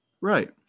Right